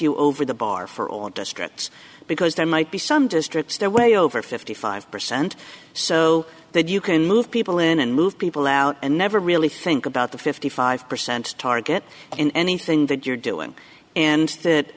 you over the bar for on districts because there might be some districts there way over fifty five percent so that you can move people in and move people out and never really think about the fifty five percent target in anything that you're doing and that